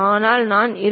ஆனால் நான் 25